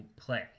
play